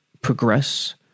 progress